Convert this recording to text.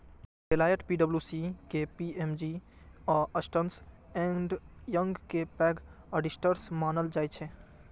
Deloitte, पी.डब्ल्यू.सी, KPMG आ Ernst and Young कें पैघ ऑडिटर्स मानल जाइ छै